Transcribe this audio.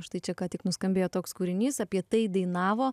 štai čia ką tik nuskambėjo toks kūrinys apie tai dainavo